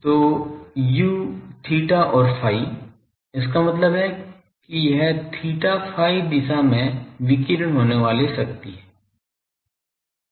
तो U theta और phi इसका मतलब है कि यह theta phi दिशा में विकीर्ण होने वाली शक्ति है